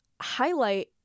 highlight